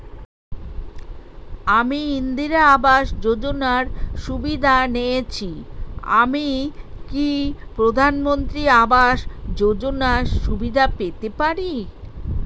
আমি ইন্দিরা আবাস যোজনার সুবিধা নেয়েছি আমি কি প্রধানমন্ত্রী আবাস যোজনা সুবিধা পেতে পারি?